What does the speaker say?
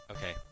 Okay